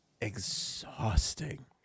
exhausting